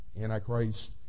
Antichrist